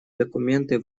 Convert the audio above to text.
документы